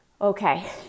Okay